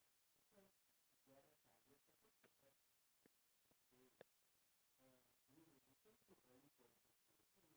oh um speaking about food have I don't I haven't really asked you this question before have you tried the ice cream rolls before in your life